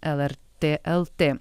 lrt lt